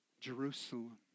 Jerusalem